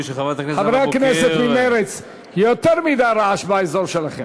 חברי הכנסת ממרצ, יותר מדי רעש באזור שלכם.